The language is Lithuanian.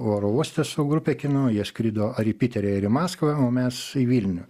oro uoste su grupe kino jie skrido ar į piterį ar į maskvą o mes į vilnių